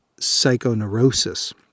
psychoneurosis